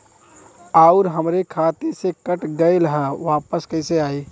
आऊर हमरे खाते से कट गैल ह वापस कैसे आई?